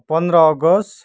पन्ध्र अगस्त